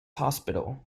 hospital